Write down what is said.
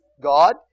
God